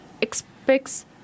expects